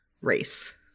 race